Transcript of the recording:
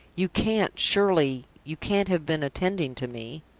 you can't surely, you can't have been attending to me?